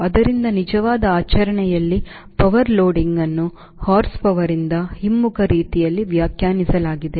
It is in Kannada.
ಆದ್ದರಿಂದ ನಿಜವಾದ ಆಚರಣೆಯಲ್ಲಿ power loading ಅನ್ನು horspowerಯಿಂದ ಹಿಮ್ಮುಖ ರೀತಿಯಲ್ಲಿ ವ್ಯಾಖ್ಯಾನಿಸಲಾಗಿದೆ